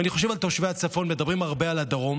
אני חושב על תושבי הצפון, מדברים הרבה על הדרום,